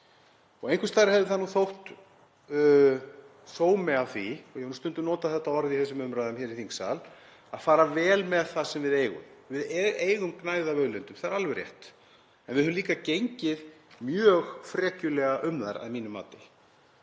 Einhvers staðar hefði nú þótt sómi að því, og ég hef nú stundum notað þau orð í þessum umræðum hér í þingsal, að fara vel með það sem við eigum. Við eigum gnægð af auðlindum, það er alveg rétt, en við höfum líka gengið mjög frekjulega um þær að mínu mati,